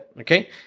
okay